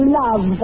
love